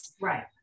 Right